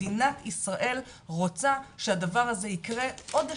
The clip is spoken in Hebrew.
מדינת ישראל רוצה שהדבר הזה יקרה עוד השנה,